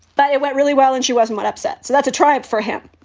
but it went really well. and she wasn't what upset. so that's a triumph for him